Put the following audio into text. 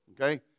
Okay